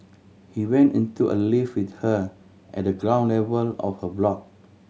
he went into a lift with her at the ground of her block